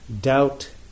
doubt